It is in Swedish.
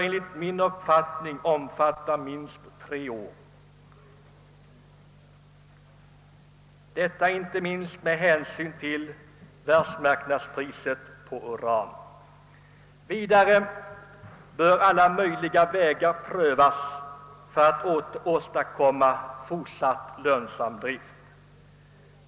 Enligt min uppfattning bör den omfatta åtminstone tre år, inte minst med hänsyn till världsmarknadspriset på uran. Vidare bör alla möjliga vägar prövas för att åstadkomma fortsatt lönsam drift.